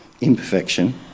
imperfection